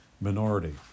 minority